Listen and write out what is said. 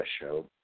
show